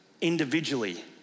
individually